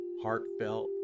heartfelt